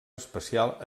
especial